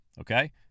Okay